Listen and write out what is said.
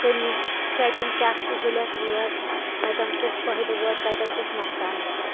کمِن کَتٮ۪ن کیٚاہ سُہوٗلیت وٲژ کتٮ۪ن کُس فٲیٚدٕ ووت کَتٮ۪ن کُس نۄقصان ووت